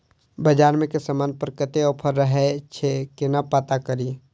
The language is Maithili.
बजार मे केँ समान पर कत्ते ऑफर रहय छै केना पत्ता कड़ी?